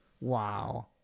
Wow